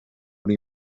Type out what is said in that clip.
una